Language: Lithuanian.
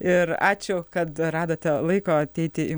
ir ačiū kad radote laiko ateiti į